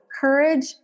courage